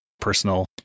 personal